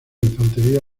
infantería